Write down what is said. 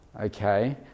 Okay